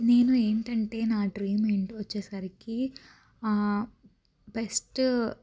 నేను ఏంటంటే నా డ్రీమ్ ఏంటి వచ్చేసరికి బెస్ట్